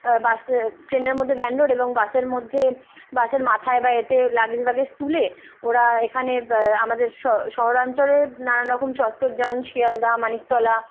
বাসে ট্রেনের মধ্যে ভেন্ডর এবং বাসের মধ্যে বাসের মাথায় বা এতে লাগেজ বাগেজ তুলে ওরা এখানে আমাদের শহরাঞ্চলে নানান রকম চত্তর যেমন শিয়ালদা মানিকতলা